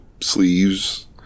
Sleeves